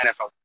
NFL